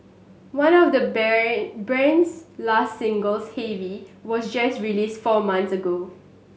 one of the 's last singles Heavy was just released four months ago